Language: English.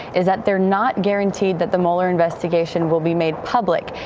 is that they are not guaranteeing that the mueller investigation will be made public.